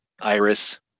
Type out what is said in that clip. Iris